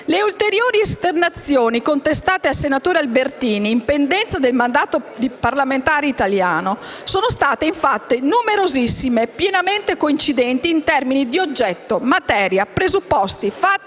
Le ulteriori esternazioni contestate al senatore Albertini in pendenza del mandato di parlamentare italiano sono infatti state numerosissime e pienamente coincidenti in termini di oggetto, materia, presupposti, fatti